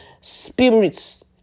spirits